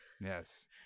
yes